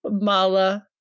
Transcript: Mala